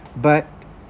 but